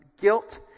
guilt